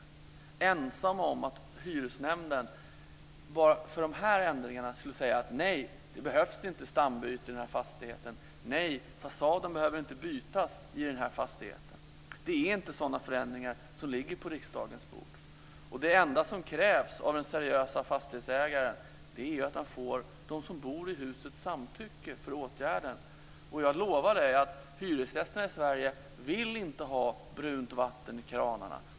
De är ensamma om att tro att hyresnämnden skulle säga att det inte behövs stambyten i en fastighet eller att fasaden inte behöver bytas i en annan fastighet. Det är inte förslag om sådana förändringar som ligger på riksdagens bord. Det enda som krävs av den seriösa fastighetsägaren är att han får samtycke till åtgärden från dem som bor i huset. Jag lovar Yvonne Ångström att hyresgästerna i Sverige inte vill ha brunt vatten i kranarna.